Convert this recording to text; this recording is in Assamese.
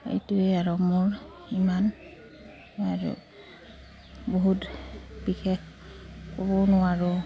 এইটোৱে আৰু মোৰ ইমান আৰু বহুত বিশেষ ক'ব নোৱাৰোঁ